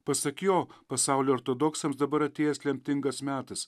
pasak jo pasaulio ortodoksams dabar atėjęs lemtingas metas